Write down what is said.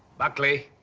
buckley!